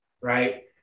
right